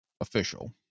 official